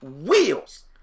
wheels